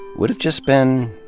would have just been,